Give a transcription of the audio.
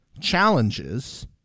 challenges